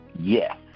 Yes